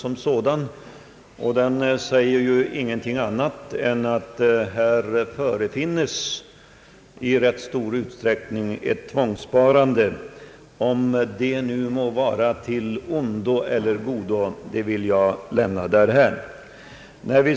Av den framgår egentligen ingenting annat än att det här i rätt stor utsträck ning föreligger ett tvångssparande. Om detta är av ondo eller godo vill jag lämna därhän.